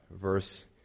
Verse